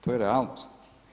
To je realnost.